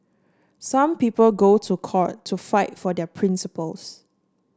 some people go to court to fight for their principles